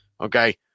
okay